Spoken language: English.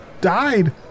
died